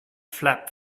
flap